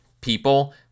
People